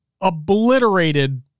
obliterated